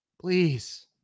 Please